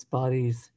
bodies